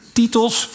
titels